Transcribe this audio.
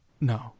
No